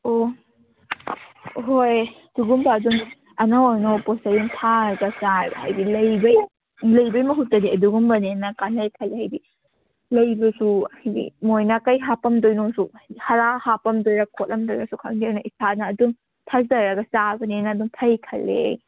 ꯑꯣ ꯍꯣꯏ ꯁꯤꯒꯨꯝꯕ ꯑꯗꯨꯝ ꯑꯅꯧ ꯑꯅꯧ ꯄꯣꯠꯆꯩ ꯑꯣꯏꯅ ꯊꯥꯔꯒ ꯆꯥꯔꯕ ꯍꯥꯏꯗꯤ ꯂꯩꯕꯩ ꯂꯩꯕꯩ ꯃꯍꯨꯠꯇꯗꯤ ꯑꯗꯨꯒꯨꯝꯕꯅ ꯍꯦꯟꯅ ꯀꯥꯟꯅꯩ ꯈꯜꯂꯦ ꯍꯥꯏꯗꯤ ꯂꯩꯕꯁꯨ ꯍꯥꯏꯗꯤ ꯃꯣꯏꯅ ꯀꯩ ꯍꯥꯞꯄꯝꯗꯣꯏꯅꯣꯁꯨ ꯍꯔꯥ ꯍꯥꯞꯄꯝꯗꯣꯏꯔꯥ ꯈꯣꯠꯂꯝꯗꯣꯏꯔꯥꯁꯨ ꯈꯪꯗꯦ ꯑꯗꯨꯅ ꯏꯁꯥꯅ ꯑꯗꯨꯝ ꯊꯥꯖꯔꯒ ꯆꯥꯕꯅ ꯍꯦꯟꯅ ꯑꯗꯨꯝ ꯐꯩ ꯈꯜꯂꯦ ꯑꯩ